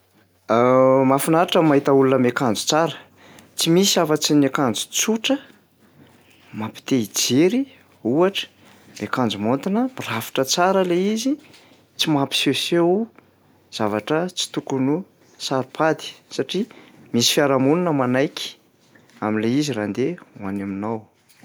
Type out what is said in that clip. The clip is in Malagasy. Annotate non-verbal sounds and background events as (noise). (hesitation) Mahafinaritra ny mahita olona miakanjo tsara. Tsy misy afa-tsy ny ankanjo tsotra, mampite hijery ohatra ny ankanjo maontina, mirafitra tsara lay izy, tsy mampisehoseho zavatra tsy tokony ho saro-pady satria misy fiarahamonina manaiky am'ilay izy raha andeha ho any aminao